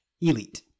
Elite